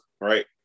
right